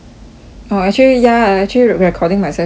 orh actually ya ah actually recording myself is okay leh